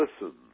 listen